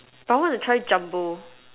I want to try Jumbo